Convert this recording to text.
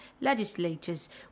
legislators